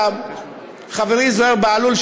חברי זוהיר בהלול,